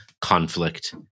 conflict